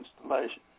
installation